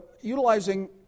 utilizing